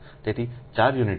તેથી 4 યુનિટ છે